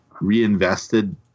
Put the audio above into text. reinvested